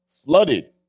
flooded